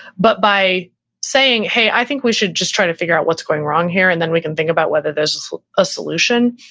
but by saying, hey, i think we should just try to figure out what's going wrong here. and then we can think about whether there's a solution.